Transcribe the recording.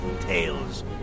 tales